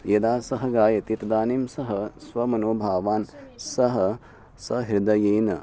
यदा सः गायति तदानीं सः स्वमनोभावान् सः सहृदयेन